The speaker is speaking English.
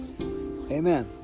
Amen